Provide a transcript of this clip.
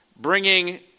bringing